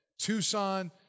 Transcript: Tucson